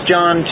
John